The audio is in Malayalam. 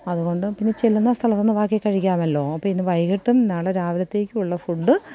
അതുകൊണ്ട് പിന്നെ ചെല്ലുന്ന സ്ഥലത്തുനിന്നു ബാക്കി കഴിക്കാമല്ലോ അപ്പോള് ഇന്ന് വൈകീട്ടും നാളെ രാവിലത്തേയ്ക്കുമുള്ള ഫുഡ്